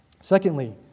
Secondly